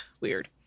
Weird